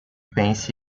pense